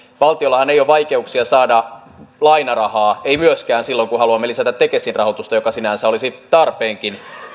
valtiollahan ei ole vaikeuksia saada lainarahaa ei myöskään silloin kun haluamme lisätä tekesin rahoitusta joka sinänsä olisi tarpeenkin